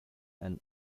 and